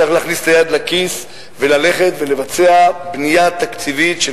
צריך להכניס את היד לכיס וללכת ולבצע בנייה תקציבית של